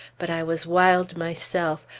but i was wild myself.